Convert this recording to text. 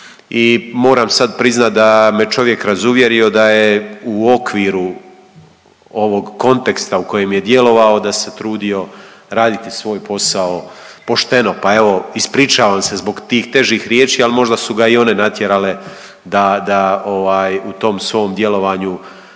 i moramo sad priznat da me čovjek razuvjerio, da je u okviru ovog konteksta u kojem je djelovao, da se trudio raditi svoj posao pošteno, pa evo ispričavam se zbog tih težih riječi, ali možda su ga i one natjerale da ovaj tom svom djelovanju